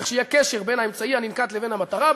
צריך שיהיה קשר בין האמצעי הננקט לבין המטרה.